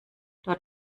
dort